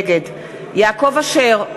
נגד יעקב אשר,